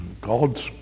God's